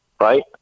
right